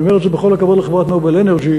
אני אומר את זה בכל הכבוד לחברת "נובל אנרג'י",